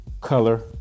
Color